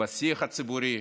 בשיח הציבורי,